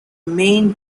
main